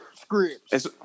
scripts